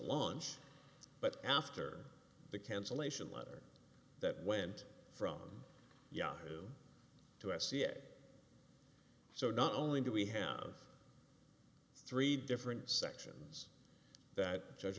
launch but after the cancellation letter that went from yahoo to s c it so not only do we have three different sections that judge